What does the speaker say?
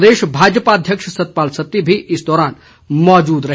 प्रदेश भाजपा अध्यक्ष सतपाल सत्ती भी इस दौरान मौजूद रहे